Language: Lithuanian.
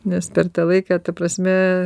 nes per tą laiką ta prasme